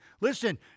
Listen